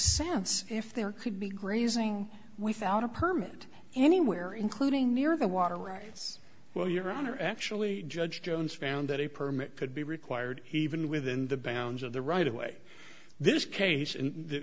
sense if there could be grazing without a permit anywhere including near the water rights well your honor actually judge jones found that a permit could be required even within the bounds of the right of way this case in the